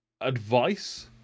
advice